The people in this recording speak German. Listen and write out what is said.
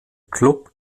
klub